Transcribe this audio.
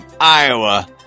iowa